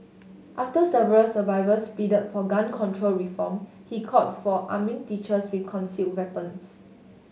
after several survivors plead for gun control reform he called for arming teachers with conceal weapons